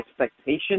expectation